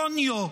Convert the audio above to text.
קוניו,